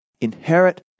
inherit